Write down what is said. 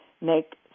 make